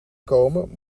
komen